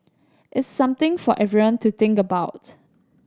it's something for everyone to think about's